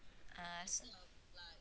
ah so